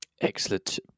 Excellent